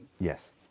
Yes